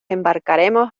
embarcaremos